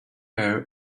hair